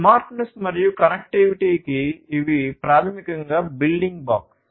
smartness మరియు కనెక్టివిటీకి ఇవి ప్రాథమిక బిల్డింగ్ బ్లాక్స్